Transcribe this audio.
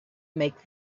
make